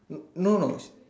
no no